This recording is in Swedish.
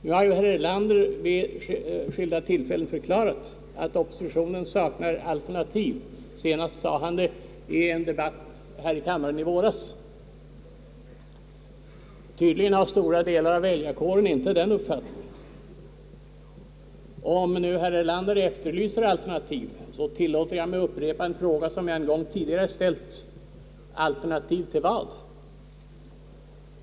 Nu har ju herr Erlander vid skilda tillfällen förklarat att oppositionen saknar alternativ; senast sade han det i en debatt här i kammaren i våras. Tydligen har stora delar av väljarkåren inte den uppfattningen. Och om nu herr Erlander efterlyser alternativ tillåter jag mig upprepa en fråga som jag en gång tidigare ställt i en remissdebatt: alternativ till vad?